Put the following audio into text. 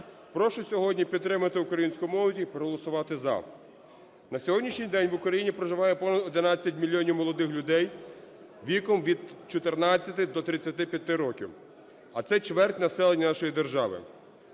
Прошу сьогодні підтримати українську молодь і проголосувати "за". На сьогоднішній день в Україні проживає понад 11 мільйонів молодих людей віком від 14 до 35 років, а це чверть населення нашої держави.